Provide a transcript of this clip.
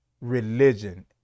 religion